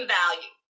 value